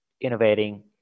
innovating